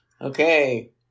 Okay